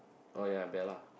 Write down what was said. oh ya Bella